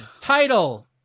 Title